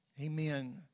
Amen